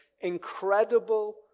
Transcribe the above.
incredible